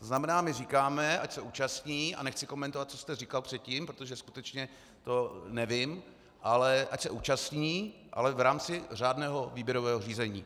To znamená, my říkáme, ať se účastní a nechci komentovat, co jste říkal předtím, protože skutečně to nevím ale ať se účastní, ale v rámci řádného výběrového řízení.